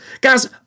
Guys